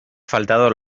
faltado